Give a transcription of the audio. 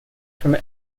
from